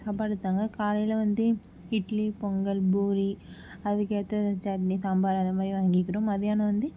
சாப்பாடு தாங்க காலையில் வந்து இட்லி பொங்கல் பூரி அதுக்கேற்ற சட்னி சாம்பார் அது மாதிரி வாங்கிக்கிறோம் மதியானம் வந்து